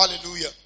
Hallelujah